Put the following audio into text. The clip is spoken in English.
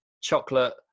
chocolate